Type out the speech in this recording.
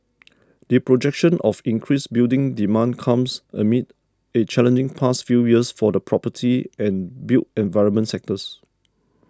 the projection of increased building demand comes amid a challenging past few years for the property and built environment sectors